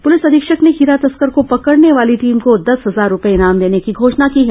police अधीक्षक ने हीरा तस्कर को पकड़ने वाली टीम को दस हजार रूपए इनाम देने की घोषणा की है